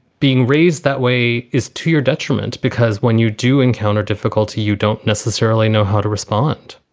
being raised that way is to your detriment, because when you do encounter difficulty, you don't necessarily know how to respond